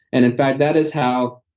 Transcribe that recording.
and in fact, that is how